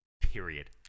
Period